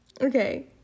okay